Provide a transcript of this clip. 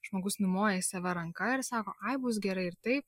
žmogus numoja į save ranka ir sako ai bus gerai ir taip